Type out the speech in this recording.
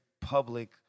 public